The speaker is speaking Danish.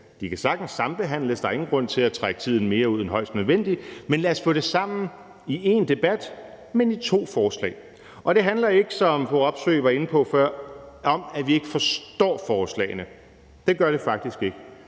De kan sagtens sambehandles; der er ingen grund til at trække tiden mere ud end højst nødvendigt, men lad os få det sammen i én debat, men i to forslag. Det handler ikke, som fru Katrine Robsøe var inde på før, at vi ikke forstår forslagene; det gør det faktisk ikke.